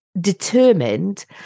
determined